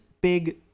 big